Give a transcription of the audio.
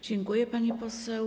Dziękuję, pani poseł.